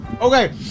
Okay